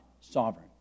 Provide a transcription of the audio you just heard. sovereign